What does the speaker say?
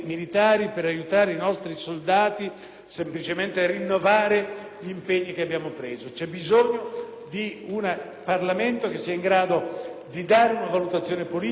di un Parlamento che sia in grado di dare una valutazione politica e di esprimere un indirizzo e di un Governo che permetta all'Italia...